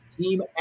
team